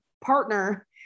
partner